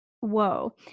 whoa